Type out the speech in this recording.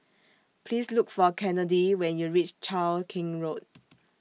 Please Look For Kennedi when YOU REACH Cheow Keng Road